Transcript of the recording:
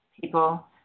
people